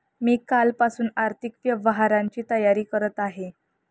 मी कालपासून आर्थिक व्यवहारांची तयारी करत आहे